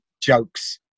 jokes